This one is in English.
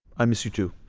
i miss you too